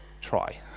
Try